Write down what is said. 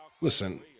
Listen